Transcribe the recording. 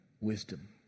wisdom